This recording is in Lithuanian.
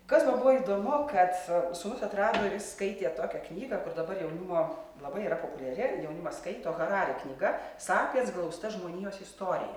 kas dar buvo įdomu kad sūnus atrado ir jis skaitė tokią knygą kur dabar jaunimo labai yra populiari jaunimas skaito harari knyga sapiens glausta žmonijos istorijoje